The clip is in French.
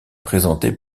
présentée